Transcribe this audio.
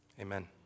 amen